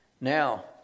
Now